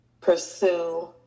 pursue